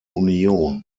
union